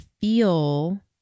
feel